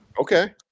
Okay